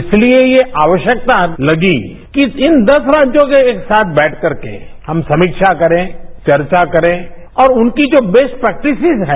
इसलिए ये आवश्यकता लगी कि इन दस राज्यों के एक साथ बैठकर के हम समीक्षा करें चर्चा करें और उनकी जो बेस्ट प्रेक्टिसेज है